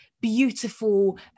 beautiful